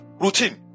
Routine